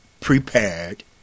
prepared